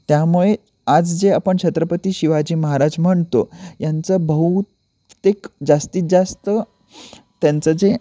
त्यामुळे आज जे आपण छत्रपती शिवाजी महाराज म्हणतो यांचं बहुतेक जास्तीत जास्त त्यांचं जे